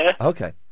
Okay